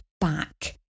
back